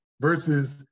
versus